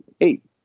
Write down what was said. eight